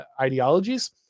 ideologies